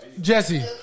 Jesse